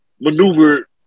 maneuver